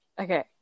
Okay